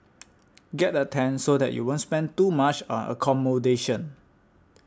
get a tent so that you won't spend too much on accommodation